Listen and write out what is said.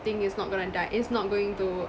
thing is not gonna die it's not going to